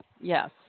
Yes